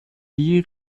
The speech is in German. die